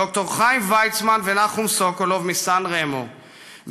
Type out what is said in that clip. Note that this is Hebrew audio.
ד"ר חיים ויצמן ונחום סוקולוב מסן רומא,